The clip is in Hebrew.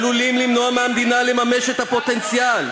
עלולים למנוע מהמדינה לממש את הפוטנציאל.